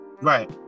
Right